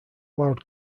loud